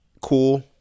cool